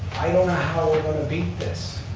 i don't know how we're going to beat this.